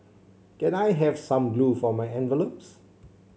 can I have some glue for my envelopes